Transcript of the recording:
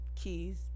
Keys